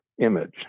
image